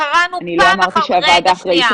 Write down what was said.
אני לא אמרתי שהוועדה אחראית.